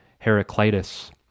Heraclitus